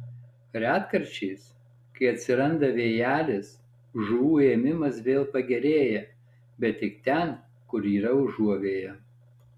retkarčiais kai atsiranda vėjelis žuvų ėmimas vėl pagerėja bet tik ten kur yra užuovėja